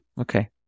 okay